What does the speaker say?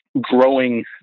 Growing